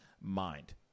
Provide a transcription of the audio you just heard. mind